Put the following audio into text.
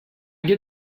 get